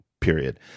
period